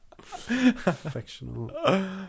fictional